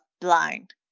blind